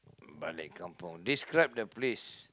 balik kampung describe the place